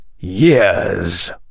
years